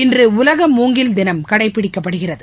இன்றுஉலக மூங்கில் தினம் கடைபிடிக்கப்படுகிறது